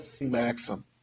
maxim